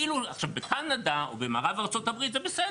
עכשיו, בקנדה או במערב ארצות הברית זה בסדר.